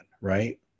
right